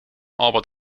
albert